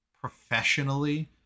professionally